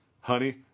honey